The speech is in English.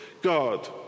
God